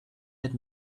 had